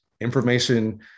information